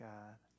God